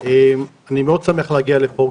אני מאוד שמח להגיע לפה,